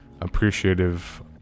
appreciative